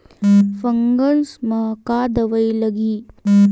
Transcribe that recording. Fungus म का दवाई लगी?